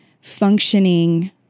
functioning